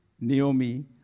Naomi